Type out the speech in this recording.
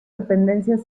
dependencias